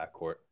backcourt